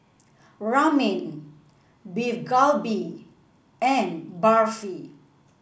Ramen Beef Galbi and Barfi